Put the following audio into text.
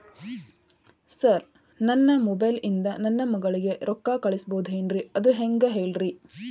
sir ನನ್ನ mobile ಇಂದ ನನ್ನ ಮಗಳಿಗೆ ರೊಕ್ಕಾ ಕಳಿಸಬಹುದೇನ್ರಿ ಅದು ಹೆಂಗ್ ಹೇಳ್ರಿ